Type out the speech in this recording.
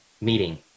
meeting